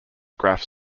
graphs